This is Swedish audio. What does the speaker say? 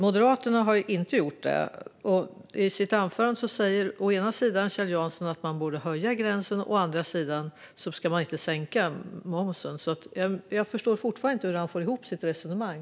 Moderaterna har inte gjort det, och i sitt anförande säger Kjell Jansson å ena sidan att man borde höja och å andra sidan att man inte ska sänka momsen. Jag förstår fortfarande inte hur han får ihop sitt resonemang.